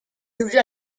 devenue